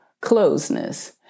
closeness